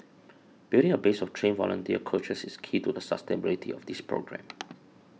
building a base of trained volunteer coaches is key to the sustainability of this programme